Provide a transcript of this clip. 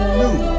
new